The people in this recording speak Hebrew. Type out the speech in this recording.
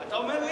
כאן,